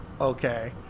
Okay